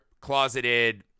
closeted